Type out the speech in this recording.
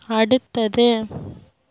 அடுத்தது